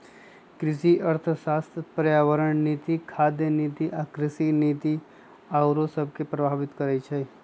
कृषि अर्थशास्त्र पर्यावरण नीति, खाद्य नीति आ कृषि नीति आउरो सभके प्रभावित करइ छै